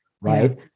Right